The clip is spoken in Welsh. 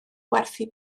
werthu